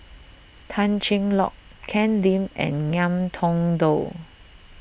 Tan Cheng Lock Ken Lim and Ngiam Tong Dow